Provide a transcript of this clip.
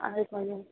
அது கொஞ்சம்